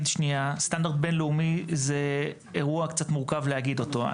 סטנדרט בין-לאומי זה אירוע קצת מורכב להגיד אותו.